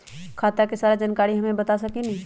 खाता के सारा जानकारी हमे बता सकेनी?